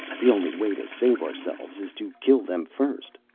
the only way to save ourselves is to kill them first.